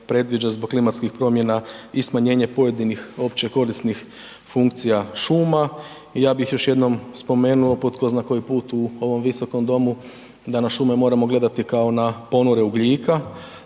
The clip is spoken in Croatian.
predviđa zbog klimatskih promjena i smanjenje pojedinih općekorisnih funkcija šuma. Ja bih još jednom spomenuo po tko zna koji put u ovom visokom domu da na šume moramo gledati kao na ponore ugljika